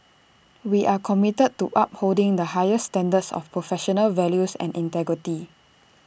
we are committed to upholding the highest standards of professional values and integrity